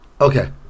Okay